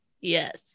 Yes